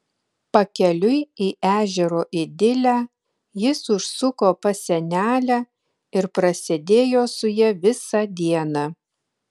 pakeliui į ežero idilę jis užsuko pas senelę ir prasėdėjo su ja visą dieną